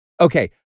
Okay